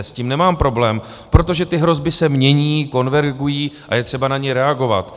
S tím nemám problém, protože ty hrozby se mění, konvergují a je třeba na ně reagovat.